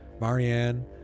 Marianne